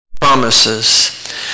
promises